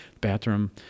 Bathroom